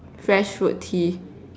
fresh fruit tea